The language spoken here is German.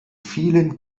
vielen